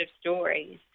stories